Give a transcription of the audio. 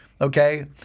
Okay